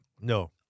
No